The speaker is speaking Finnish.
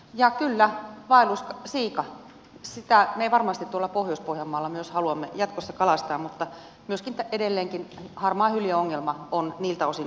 ja kyllä vaellussiikaa me varmasti tuolla pohjois pohjanmaalla myös haluamme jatkossa kalastaa mutta myöskin edelleenkin harmaahyljeongelma on niiltä osin ratkaisematta